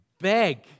beg